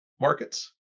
markets